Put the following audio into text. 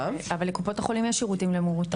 אבל לקופות החולים יש שירותים למרותקי בית.